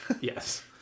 Yes